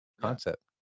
concept